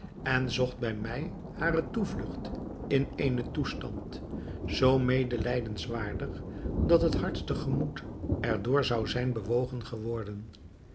en zocht bij mij hare toevlugt in eenen toestand zoo medelijdenswaardig dat het hardste gemoed er door zou zijn bewogen geworden